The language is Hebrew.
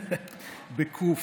בקו"ף,